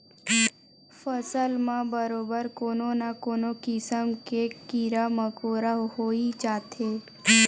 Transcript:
फसल म बरोबर कोनो न कोनो किसम के कीरा मकोरा होई जाथे